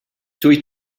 dwyt